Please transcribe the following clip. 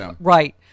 Right